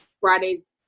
Friday's